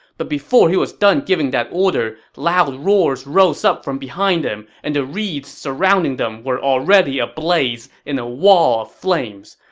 but before he was done giving that order, loud roars rose up from behind him, and the reeds surrounding them were ablaze in a wall of flames.